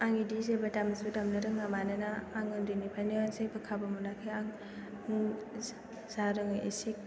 आं बेदि जेबो दामजु दामनो रोङा मानोना आङो उन्दैनिफ्रायनो जेबो खाबु मोनाखै आं जा रोङो इसे